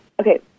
Okay